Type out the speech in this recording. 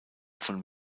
von